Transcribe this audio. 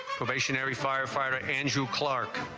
firefighter angel clark